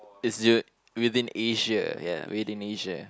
is it within Asia ya within Asia